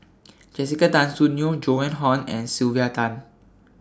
Jessica Tan Soon Neo Joan Hon and Sylvia Tan